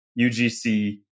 UGC